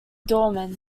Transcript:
dorman